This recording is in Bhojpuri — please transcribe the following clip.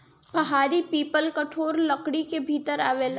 पहाड़ी पीपल कठोर लकड़ी के भीतर आवेला